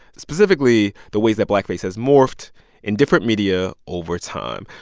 specifically the ways that blackface has morphed in different media over time,